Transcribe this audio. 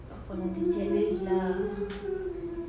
not for challenge lah